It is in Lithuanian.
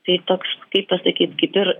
tai toks kaip pasakyt kaip ir